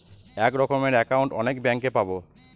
এক রকমের একাউন্ট অনেক ব্যাঙ্কে পাবো